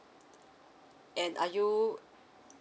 and are you